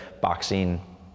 boxing